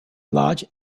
lodge